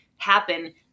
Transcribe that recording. happen